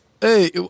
Hey